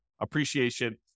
appreciation